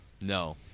No